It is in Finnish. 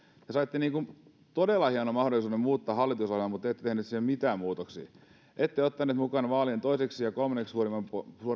te saitte todella hienon mahdollisuuden muuttaa hallitusohjelmaa mutta ette tehneet siihen mitään muutoksia ette ottaneet mukaan vaalien toiseksi ja kolmanneksi suurimpia